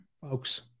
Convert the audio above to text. folks